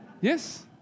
Yes